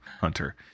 Hunter